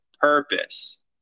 purpose